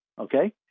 Okay